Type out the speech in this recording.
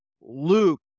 Luke